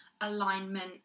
alignment